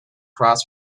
cross